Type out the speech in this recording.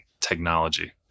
Technology